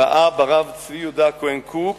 ראה ברב צבי יהודה הכהן קוק